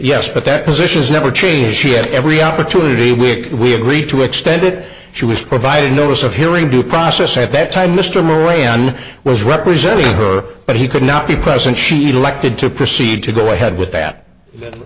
yes but that position is never change she had every opportunity which we agreed to extend it she was provided notice of hearing due process at that time mr moray and was representing her but he could not be present she elected to proceed to go ahead with that th